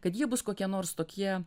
kad jie bus kokie nors tokie